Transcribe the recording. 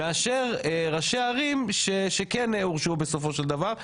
מאשר ראשי ערים שכן הורשעו בסופו של דבר,